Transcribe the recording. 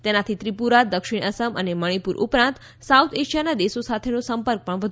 તેનાથી ત્રિપુરા દક્ષિણ અસમ અને મણિપુર ઉપરાંત સાઉથ એશિયાના દેશો સાથેનો સંપર્ક વધુ સારો થશે